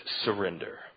surrender